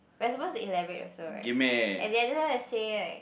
we're suppose to elaborate also right as in just now I say like